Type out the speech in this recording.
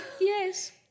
Yes